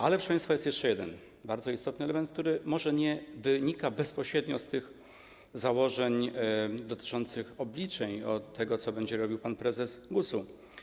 Ale, proszę państwa, jest jeszcze jeden bardzo istotny element, który może nie wynika bezpośrednio z tych założeń dotyczących obliczeń tego, co będzie robił pan prezes GUS-u.